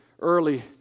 early